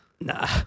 nah